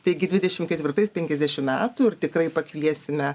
taigi dvidešimt ketvirtais penkiasdešimt metų ir tikrai pakviesime